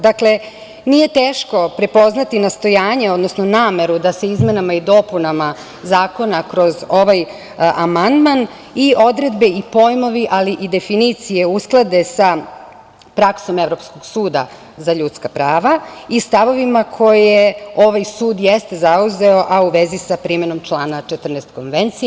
Dakle, nije teško prepoznati nastojanje, odnosno nameru da se izmenama i dopunama zakona kroz ovaj amandman i odredbe i pojmovi, ali i definicije usklade sa praksom Evropskog suda za ljudska prava i stavovima koje ovaj sud jeste zauzeo, a u vezi sa primenom člana 14. konvencije.